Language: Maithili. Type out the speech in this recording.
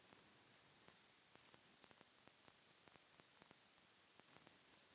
ईमारती लकड़ी केरो उत्पाद बनावै म समय लागै छै